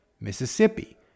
Mississippi